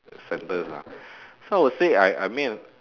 sentence lah so I will say I I mean